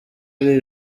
ari